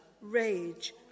rage